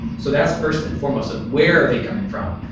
so that's first and foremost of where are they coming from?